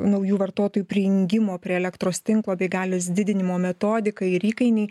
naujų vartotojų prijungimo prie elektros tinklo bei galios didinimo metodika ir įkainiai